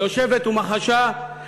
שיושבת ומחשה,